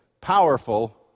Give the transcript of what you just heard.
powerful